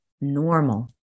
normal